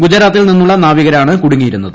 ഗുജറാത്തിൽ നിന്നുള്ള നാവികരാണ് കുടുങ്ങിയിരുന്നത്